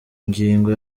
ngingo